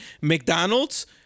McDonald's